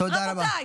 תודה רבה.